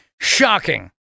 Shocking